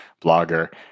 blogger